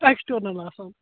external آسان